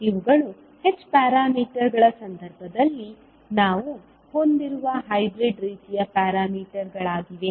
ಇವುಗಳು h ಪ್ಯಾರಾಮೀಟರ್ಗಳ ಸಂದರ್ಭದಲ್ಲಿ ನಾವು ಹೊಂದಿರುವ ಹೈಬ್ರಿಡ್ ರೀತಿಯ ಪ್ಯಾರಾಮೀಟರ್ಗಳಾಗಿವೆ